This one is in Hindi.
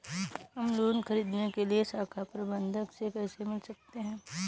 हम लोन ख़रीदने के लिए शाखा प्रबंधक से कैसे मिल सकते हैं?